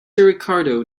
ricardo